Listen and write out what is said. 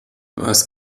was